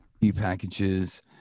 e-packages